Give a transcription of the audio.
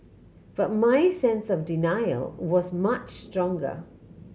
but my sense of denial was much stronger